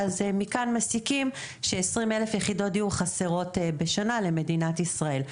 מכאן מסיקים ש-20,000 יחידות דיור חסרות בשנה למדינת ישראל.